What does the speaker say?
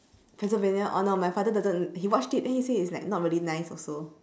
transylvania oh no my father doesn't he watched it then he say it's like not really nice also